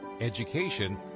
education